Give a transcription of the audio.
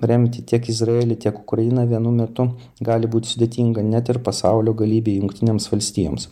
remti tiek izraelį tiek ukrainą vienu metu gali būt sudėtinga net ir pasaulio galybei jungtinėms valstijoms